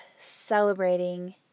celebrating